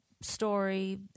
story